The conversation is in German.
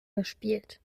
gespielt